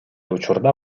учурда